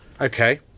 Okay